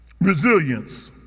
resilience